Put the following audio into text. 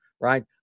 right